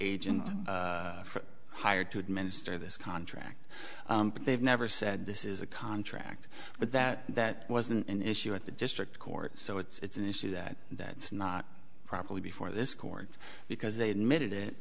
agent for hire to administer this contract but they've never said this is a contract but that that wasn't an issue at the district court so it's an issue that that's not properly before this court because they admitted it